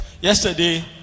yesterday